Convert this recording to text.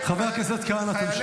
חבר הכנסת כהנא, תמשיך.